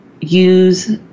use